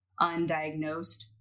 undiagnosed